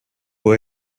può